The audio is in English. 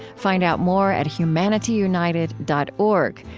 find out more at humanityunited dot org,